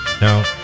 No